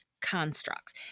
constructs